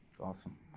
awesome